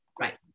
Right